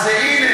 הנה,